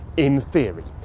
in theory.